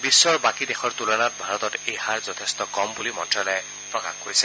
বিশ্বৰ বাকী দেশৰ তূলনাত ভাৰতত এই হাৰ যথেষ্ট কম বুলি মন্ত্যালয়ে মন্তব্য কৰিছে